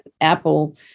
Apple